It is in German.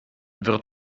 wird